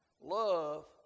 love